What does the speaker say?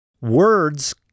words